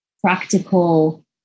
practical